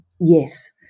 yes